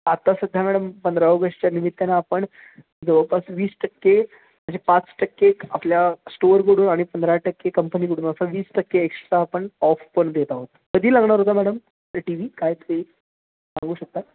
आता सध्या मॅडम पंधरा ऑगस्टच्या निमित्तानं आपण जवळपास वीस टक्के म्हणजे पाच टक्के आपल्या स्टोअरकडून आणि पंधरा टक्के कंपनीकडून असा वीस टक्के एक्स्ट्रा आपण ऑफ पण देत आहोत कधी लागणार होता मॅडम टी व्ही काय तुम्ही सांगू शकतात